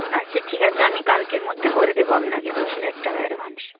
আচ্ছা ঠিক আছে আমি কালকের মধ্যে করে দেবো আপনাকে দশ হাজার টাকা অ্যাডভান্স